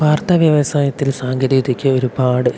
വാർത്ത വ്യവസായത്തില് സാങ്കേതികതയ്ക്ക് ഒരുപാട്